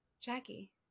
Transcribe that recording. Jackie